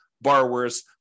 borrowers